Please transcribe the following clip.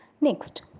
Next